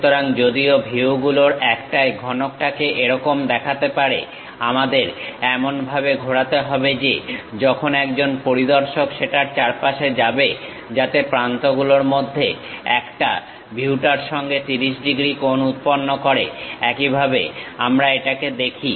সুতরাং যদিও ভিউগুলোর একটায় ঘনকটাকে এরকম দেখাতে পারে আমাদের এমনভাবে ঘোরাতে হবে যে যখন একজন পরিদর্শক সেটার চারপাশে যাবে যাতে প্রান্ত গুলোর মধ্যে একটা ভিউটার সঙ্গে 30 ডিগ্রী কোণ উৎপন্ন করে এইভাবেই আমরা এটাকে দেখি